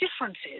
Differences